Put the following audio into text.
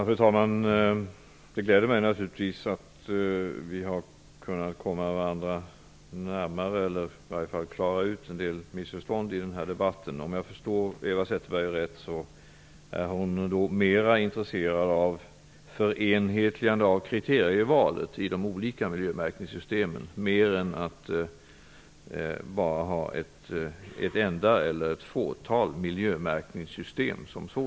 Fru talman! Det gläder mig naturligtvis att vi har kunnat komma varandra närmare eller i den här debatten i varje fall har klarat ut en del missförstånd. Om jag förstår Eva Zetterberg rätt är hon mer intresserad av förenhetligande av kriterievalet i de olika miljömärkningssystemen än av att bara ha ett enda eller ett fåtal miljömärkningssystem.